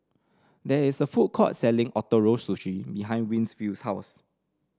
there is a food court selling Ootoro Sushi behind Winfield's house